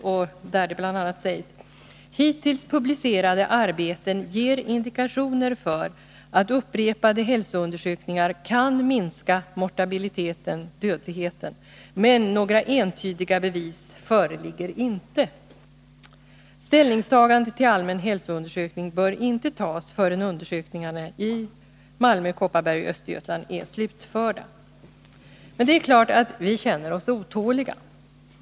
Där sägs det bl.a.: ”Hittills publicerade arbeten ger indikationer för att upprepade hälsoundersökningar kan minska mortabiliteten, men några entydiga bevis föreligger ej.” Ställningstagande till allmän hälsoundersökning bör inte tas förrän undersökningarna i Malmö, Kopparberg och Östergötland är slutförda. Men det är klart att vi känner oss otåliga.